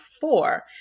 four